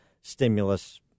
stimulus